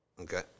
okay